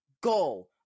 go